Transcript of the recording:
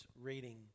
reading